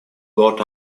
got